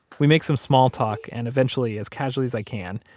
we make some small talk, and eventually, as casually as i can,